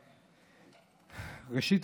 ראשית,